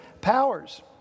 powers